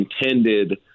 intended